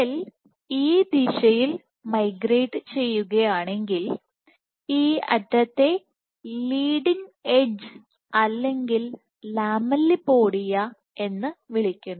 cell ഈ ദിശയിൽ migrate ചെയ്യുകയാണെങ്കിൽ ഈ അറ്റത്തെ ലീഡിംഗ് എഡ്ജ് അല്ലെങ്കിൽ ലാമെല്ലിപോഡിയ എന്ന് വിളിക്കുന്നു